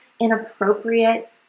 inappropriate